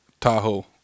Tahoe